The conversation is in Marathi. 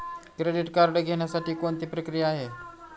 क्रेडिट कार्ड घेण्यासाठी कोणती प्रक्रिया आहे?